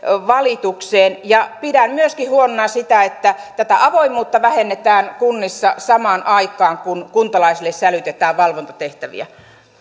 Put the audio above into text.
valitukseen pidän myöskin huonona sitä että tätä avoimuutta vähennetään kunnissa samaan aikaan kun kuntalaisille sälytetään valvontatehtäviä